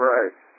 Right